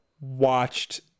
watched